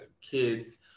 kids